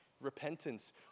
Repentance